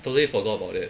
totally forgot about it